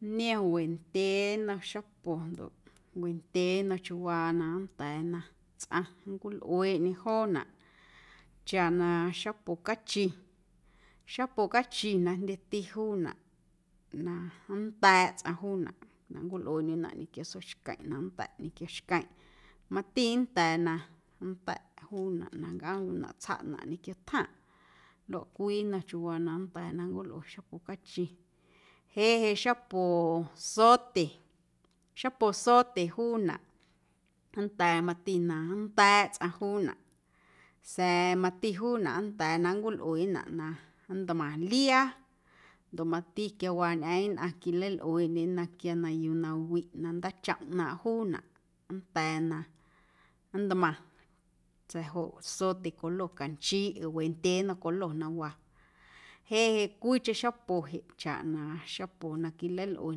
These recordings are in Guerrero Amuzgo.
Niom wendyee nnom xapo, wendyee nnom chiuuwaa na nnda̱a̱ na tsꞌaⁿ nncwilꞌueeꞌñe joonaꞌ chaꞌ na xapo cachi, xapo cachi na jndyeti juunaꞌ na nnda̱a̱ꞌ tsꞌaⁿ juunaꞌ na nncwilꞌueeꞌndyunaꞌ ñequio sooxqueⁿꞌ na nnda̱ꞌ ñequio xqueⁿꞌ mati nnda̱a̱ na nda̱ꞌ juunaꞌ na nncꞌoomndyunaꞌ tsjaꞌnaⁿꞌ ñequio tjaⁿꞌ lua cwii nnom chiuuwa na nnda̱a̱ na nncwilꞌue xapo cachi, jeꞌ jeꞌ xapo zote, xapo zote juunaꞌ nnda̱a̱ mati na nnda̱a̱ꞌ tsꞌaⁿ juunaꞌ sa̱a̱ mati juunaꞌ nnda̱a̱ na nncwilꞌuenaꞌ na ntmaⁿ liaa ndoꞌ mati quiawaa ñꞌeeⁿ nnꞌaⁿ quilalꞌueeꞌndyena quia na yuu na wiꞌ na ndaachomꞌ ꞌnaaⁿꞌ juunaꞌ nnda̱a̱ na nntmaⁿ sa̱a̱ joꞌ zote colo canchiiꞌ ee wendyee nnom colo na waa jeꞌ jeꞌ cwiicheⁿ xapo jeꞌ chaꞌ na xapo na quilalꞌue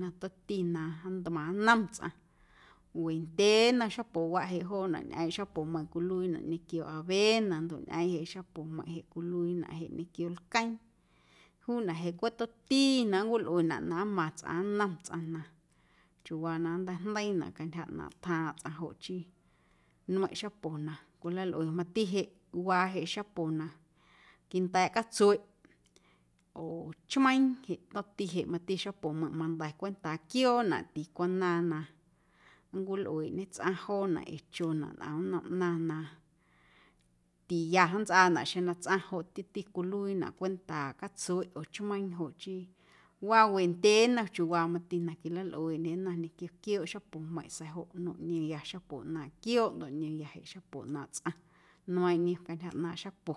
na tomti na ntmaⁿ nnom tsꞌaⁿ wendyee nnom xapowaꞌ jeꞌ joonaꞌ ñꞌeeⁿꞌ xapomeiⁿꞌ cwiluiinaꞌ ñequio avena ndoꞌ ñꞌeeⁿꞌ xapomeiⁿꞌ jeꞌ cwiluiinaꞌ jeꞌ ñequio lqueeⁿ juunaꞌjeꞌ cweꞌ tomti na nncwilꞌuenaꞌ na nmaⁿ tsꞌaⁿ nnom tsꞌaⁿ na chiuuwaa na nnteijndeiinaꞌ cantyja ꞌnaaⁿꞌ tjaaⁿꞌ tsꞌaⁿ joꞌ chii nmeiⁿꞌ xapo na cwilalꞌue mati jeꞌ waa jeꞌ xapo na quinda̱a̱ꞌ catsueꞌ oo chmeiiⁿ jeꞌ tomti jeꞌ mati xapomeiⁿꞌ jeꞌ manda̱ cwentaa quiooꞌ joonaꞌ ticwanaaⁿ na nncwilꞌueeꞌñe tsꞌaⁿ joonaꞌ ee chonaꞌ ntꞌom nnom ꞌnaⁿ na tiya nntsꞌaanaꞌ xeⁿ na tsꞌaⁿ joꞌ chii tomti cwiluiinaꞌ cwentaaꞌ catsueꞌ oo chmeiiⁿ joꞌ chii waa wendyee nnom chiuuwaa mati na quilalꞌueeꞌndyena ñequio quiooꞌ xapomeiⁿꞌ sa̱a̱ joꞌ nmeiⁿꞌ niomya xapo ꞌnaaⁿꞌ quiooꞌ ndoꞌ niomya jeꞌ xapo ꞌnaaⁿꞌ tsꞌaⁿ nmeiiⁿꞌ niom cantyja ꞌnaaⁿꞌ xapo.